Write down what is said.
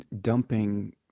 dumping